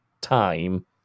time